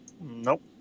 Nope